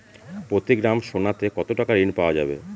প্রতি গ্রাম সোনাতে কত টাকা ঋণ পাওয়া যাবে?